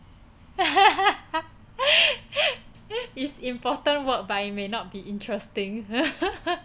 it is important work but it may not be interesting